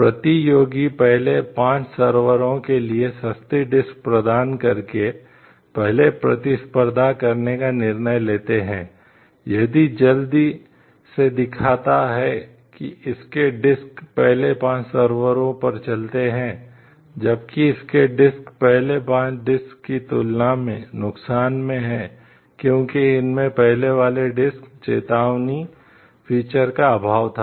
प्रतियोगी पहले पांच सर्वरों चेतावनी फीचर का अभाव था